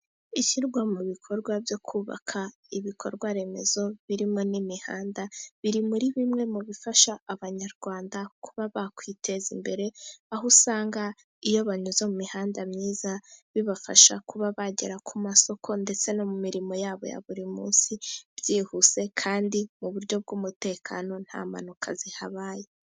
Ishyirwa mu bikorwa byo kubaka ibikorwa remezo birimo n'imihanda biri muri bimwe mu bifasha abanyarwanda kuba bakwiteza imbere, aho usanga iyo banyuze mu mihanda myiza bibafasha kuba bagera ku masoko ndetse no mu mirimo yabo ya buri munsi byihuse, kandi mu buryo bw'umutekano nta mpanuka zihabaye.